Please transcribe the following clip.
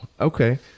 okay